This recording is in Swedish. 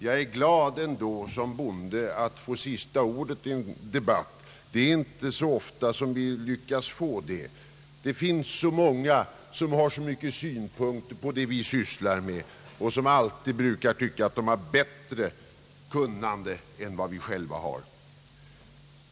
Jag är såsom bonde ändå glad åt att få sista ordet i en debatt. Det är inte så ofta som vi lantbrukare får det. Det finns så många som har synpunkter på det vi sysslar med och som alltid brukar tycka att de har ett bättre kunnande än vad vi själva har.